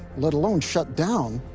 let alone shut down,